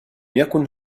يكن